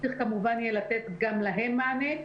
צריך כמובן יהיה לתת גם להם מענה.